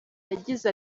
yagize